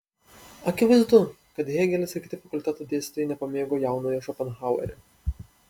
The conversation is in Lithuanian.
akivaizdu kad hėgelis ir kiti fakulteto dėstytojai nepamėgo jaunojo šopenhauerio